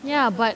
ya but